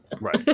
Right